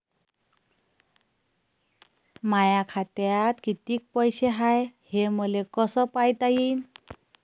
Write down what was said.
माया खात्यात कितीक पैसे हाय, हे मले कस पायता येईन?